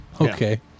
Okay